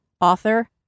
author